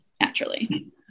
naturally